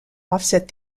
offset